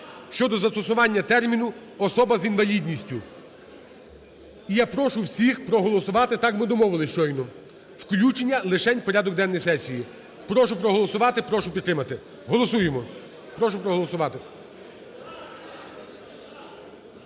щодо застосування терміну "особа з інвалідністю". І я прошу всіх проголосувати, так ми домовились щойно, включення лишень у порядок денний сесії. Прошу проголосувати, прошу підтримати. Голосуємо. Прошу проголосувати.